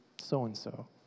so-and-so